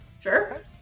sure